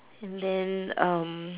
and then um